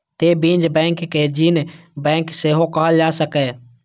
तें बीज बैंक कें जीन बैंक सेहो कहल जा सकैए